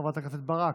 חברת הכנסת ברק,